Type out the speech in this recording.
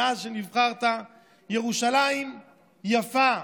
שמאז שנבחרת ירושלים יפה,